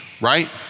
right